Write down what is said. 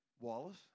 Wallace